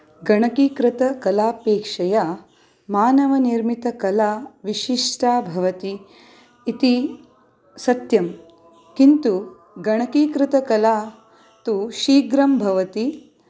गणकीकृतकलापेक्षया मानवनिर्मितकला विशिष्टा भवति इति सत्यं किन्तु गणकीकृतकला तु शीघ्रं भवति